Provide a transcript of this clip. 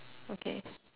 okay